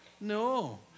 No